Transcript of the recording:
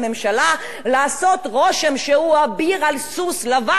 אביר על סוס לבן והוא הולך להציל את התקשורת.